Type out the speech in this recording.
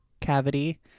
cavity